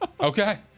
Okay